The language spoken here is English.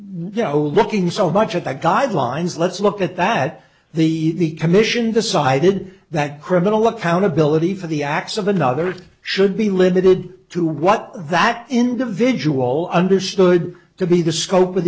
you know looking so much at the guidelines let's look at that the the commission decided that criminal accountability for the acts of another should be limited to what that individual understood to be the scope of